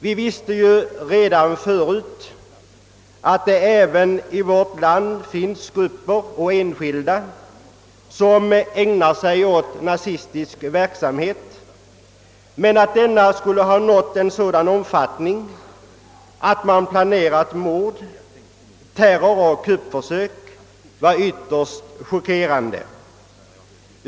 Vi visste redan tidigare att det även i vårt land finns grupper och enskilda som ägnar sig åt nazistisk verksamhet. Men att denna skulle ha nått en sådan om fattning att mord, terror och kuppförsök var planerade var ytterst chockerande.